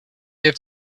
heeft